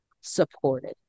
supported